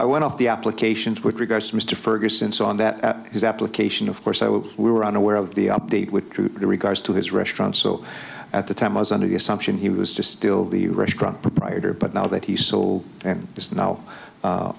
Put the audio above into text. i went off the applications with regards to mr ferguson so on that his application of course so we were unaware of the update with regards to his restaurant so at the time i was under the assumption he was just still the restaurant proprietor but now that he sold and is now